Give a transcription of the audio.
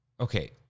Okay